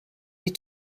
die